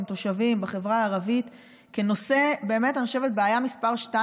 עם תושבים בחברה הערבית כנושא שהוא הבעיה מס' 2